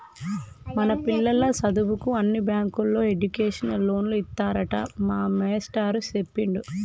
మన పిల్లల సదువుకు అన్ని బ్యాంకుల్లో ఎడ్యుకేషన్ లోన్లు ఇత్తారట మా మేస్టారు సెప్పిండు